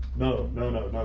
no, no, no, no.